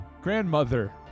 Grandmother